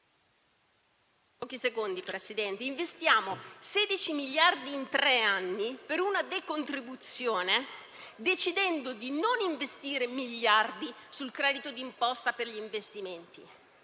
perché sul Mezzogiorno investiamo 16 miliardi in tre anni per la decontribuzione decidendo di non investire miliardi sul credito d'imposta per gli investimenti,